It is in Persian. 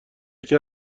یکی